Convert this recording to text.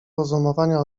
rozumowania